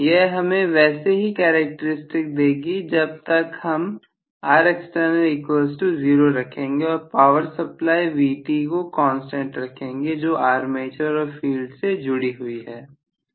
यह हमें वैसे ही कैरेक्टरिस्टिक देगी जब तक हम 0 रखेंगे और पावर सप्लाई Vt को कांस्टेंट रखेंगे जो आर्मेचर और फील्ड से जुड़ी हुई है